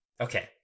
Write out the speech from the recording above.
Okay